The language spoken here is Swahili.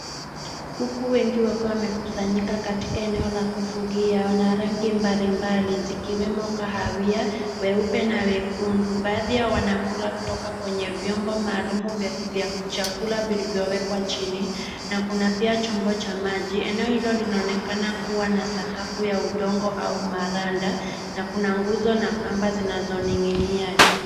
Kuku wengi wakiwa wamekusanyika katika eneo la kufugia wana rangi mbalimbali zikiwemo kahawia, weupe na wekundu. Baadhi yao wanakula kutoka kwenye vyombo maalum vya chakula vilivyowekwa chini, na kuna pia chombo cha maji. Eneo hilo linaonekana kuwa na sakafu ya udongo au maranda na kuna nguzo na kamba zinazoning'inia juu.